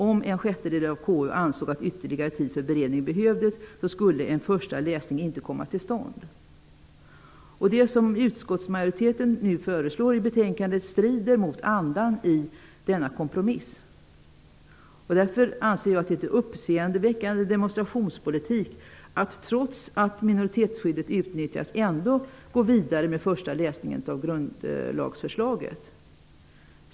Om en sjättedel av KU ansåg att det behövdes ytterligare tid för beredning skulle en första lösning inte komma till stånd. Det som utskottetsmajoriteten nu föreslår i sitt betänkande strider mot andan i denna kompromiss. Därför anser jag att det är en uppseendeväckande demonstrationspolitik att man trots att minoritetsskyddet har utnyttjats ändå går vidare med den första grundlagsändringen.